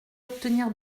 obtenir